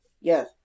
Yes